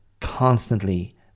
constantly